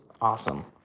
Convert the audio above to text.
awesome